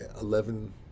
Eleven